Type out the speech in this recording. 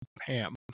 ham